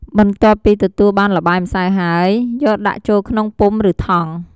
បន្ទាប់ពីទទួលបានល្បាយម្សៅហើយ យកដាក់ចូលក្នុងពុម្ពឬថង់ ។